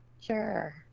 Sure